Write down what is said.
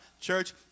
Church